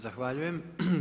Zahvaljujem.